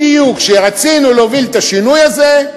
בדיוק כשרצינו להוביל את השינוי הזה,